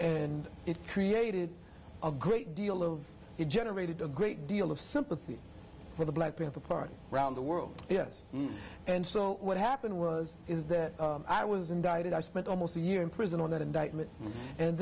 and it created a great deal of it generated a great deal of sympathy for the black panther party around the world yes and so what happened was is that i was indicted i spent almost a year in prison on that indictment and